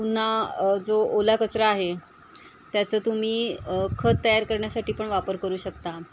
पुन्हा जो ओला कचरा आहे त्याचं तुम्ही खत तयार करण्यासाठी पण वापर करू शकता